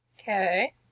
Okay